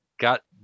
got